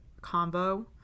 combo